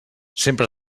sempre